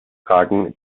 tragen